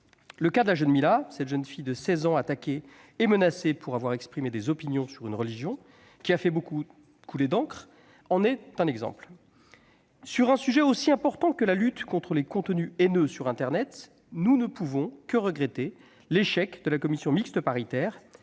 Le cas de Mila, cette jeune fille de 16 ans attaquée et menacée pour avoir exprimé des opinions sur une religion, qui a fait couler beaucoup d'encre, en est un exemple. Sur un sujet aussi important que la lutte contre les contenus haineux sur internet, nous ne pouvons que regretter l'échec de la commission mixte paritaire